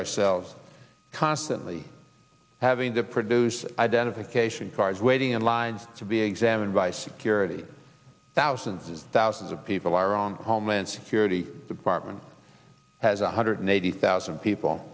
ourselves constantly having to produce identification cards waiting in lines to be examined by security thousands and thousands of people are on homeland security department has one hundred eighty thousand people